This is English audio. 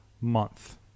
month